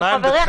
אמר חברי,